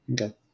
Okay